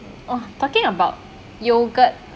oh talking about yoghurt